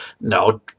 no